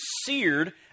seared